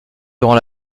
durant